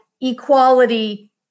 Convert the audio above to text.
equality